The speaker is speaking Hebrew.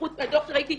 חוץ מהדוח שראיתי.